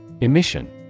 Emission